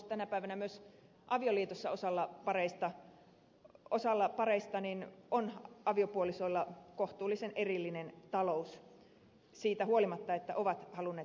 tänä päivänä myös avioliitossa osalla aviopareista on kohtuullisen erillinen talous siitä huolimatta että ovat halunneet mennä avioliittoon